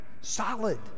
solid